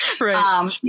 Right